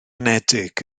unedig